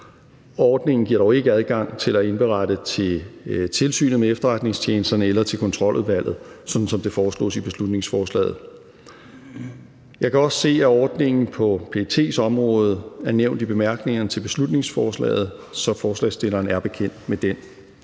Ordningen giver dog ikke adgang til at indberette til Tilsynet med Efterretningstjenesterne eller til Kontroludvalget, sådan som det foreslås i beslutningsforslaget. Jeg kan også se, at ordningen på PET's område er nævnt i bemærkningerne til beslutningsforslaget, så forslagsstillerne er bekendt med den.